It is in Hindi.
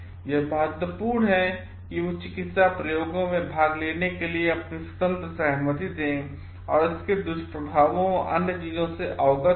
यह महत्वपूर्ण है कि वे चिकित्सा प्रयोगों में भाग लेने के लिए अपनी स्वतंत्र सहमति दें और वे इसके दुष्प्रभावों और अन्य चीजों से अवगत हों